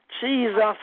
Jesus